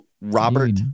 Robert